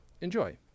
enjoy